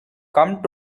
come